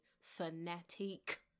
fanatic